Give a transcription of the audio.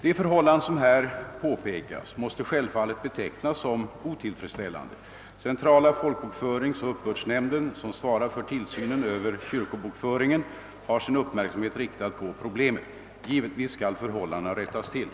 De förhållanden som här påpekas måste självfallet betecknas som - otillfredsställande. Centrala folkbokföringsoch uppbördsnämnden, som svarar för tillsynen över kyrkobokföringen, har sin uppmärksamhet riktad på problemet. Givetvis skall förhållandena rättas till.